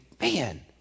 man